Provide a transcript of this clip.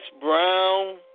Brown